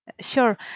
Sure